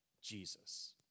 Jesus